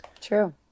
True